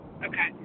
Okay